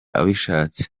abishatse